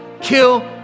kill